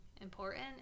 important